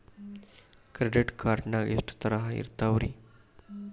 Credit card ನಾಗ ಎಷ್ಟು ತರಹ ಇರ್ತಾವ್ರಿ?